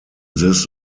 this